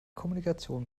kommunikation